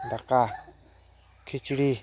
ᱫᱟᱠᱟ ᱠᱷᱤᱪᱲᱤ